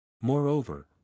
Moreover